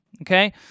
Okay